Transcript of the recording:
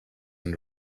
and